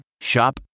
Shop